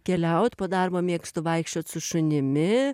keliaut po darbo mėgstu vaikščiot su šunimi